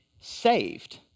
saved